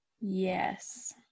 Yes